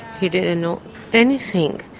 he didn't know anything,